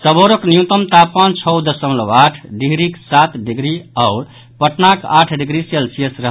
सबौरक न्यूनतम तापमान छओ दशमलव आठ डिहरीक सात डिग्री आओर पटनाक आठ डिग्री सेल्सियस रहल